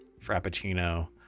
Frappuccino